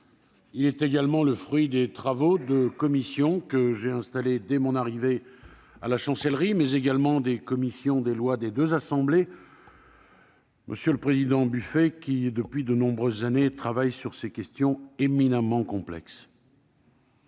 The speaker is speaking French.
Il est également le fruit du travail des commissions que j'ai installées dès mon arrivée à la chancellerie, mais également des commissions des lois des deux assemblées qui, monsieur le président Buffet, travaillent depuis de nombreuses années sur ces questions éminemment complexes.